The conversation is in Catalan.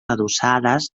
adossades